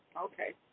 Okay